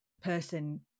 person